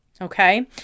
Okay